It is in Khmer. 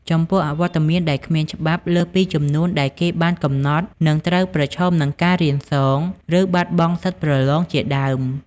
ចំពោះអវត្តមានដែលគ្មានច្បាប់ លើសពីចំនួនដែលគេបានកំណត់និងត្រូវ ប្រឈមនិងការរៀនសង ឬបាត់បង់សិទ្ធប្រឡងជាដើម។